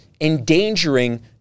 endangering